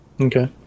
Okay